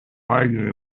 arguing